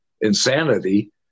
insanity